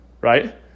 right